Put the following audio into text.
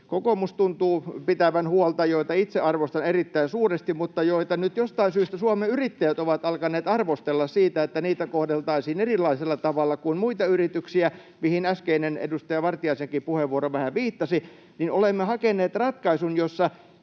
kokoomus tuntuu pitävän huolta ja joita itse arvostan erittäin suuresti, mutta joita nyt jostain syystä Suomen yrittäjät ovat alkaneet arvostella siitä, että niitä kohdeltaisiin erilaisella tavalla kuin muita yrityksiä, mihin äskeinen edustaja Vartiaisenkin puheenvuoro vähän viittasi... Olemme hakeneet ratkaisun, jossa